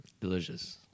Delicious